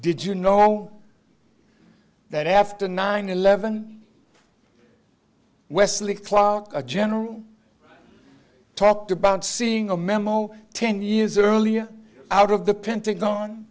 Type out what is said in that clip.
did you know that after nine eleven wesley clark a general talked about seeing a memo ten years earlier out of the pentagon